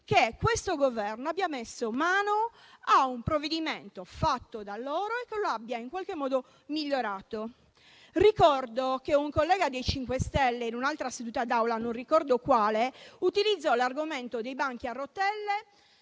che questo Governo abbia messo mano a un provvedimento fatto da loro e che lo abbia in qualche modo migliorato. Ricordo che un collega del MoVimento 5 Stelle, in un'altra seduta d'Aula, utilizzò l'argomento dei banchi a rotelle